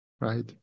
Right